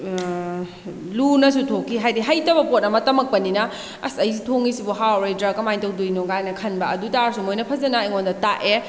ꯂꯨꯅꯁꯨ ꯊꯣꯛꯈꯤ ꯍꯥꯏꯗꯤ ꯍꯩꯇꯕ ꯄꯣꯠ ꯑꯃ ꯇꯝꯃꯛꯄꯅꯤꯅ ꯑꯁ ꯑꯩ ꯊꯣꯡꯉꯤꯁꯤꯕꯨ ꯍꯥꯎꯔꯔꯣꯏꯗ꯭ꯔꯥ ꯀꯃꯥꯏꯅ ꯇꯧꯗꯣꯏꯅꯣꯀꯥꯏꯅ ꯈꯟꯕ ꯑꯗꯨꯇꯥꯔꯁꯨ ꯃꯣꯏꯅ ꯐꯖꯅ ꯑꯩꯉꯣꯟꯗ ꯇꯥꯛꯑꯦ